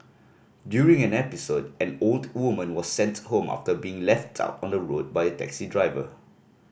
during an episode an old woman was sent home after being left out on the road by a taxi driver